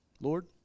Lord